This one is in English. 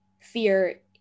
fear